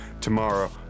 tomorrow